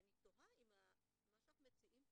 ואני תוהה אם מה שאנחנו מציעים פה,